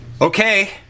Okay